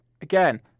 again